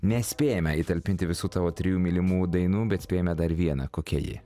nespėjome įtalpinti visų tavo trijų mylimų dainų bet spėjame dar vieną kokia ji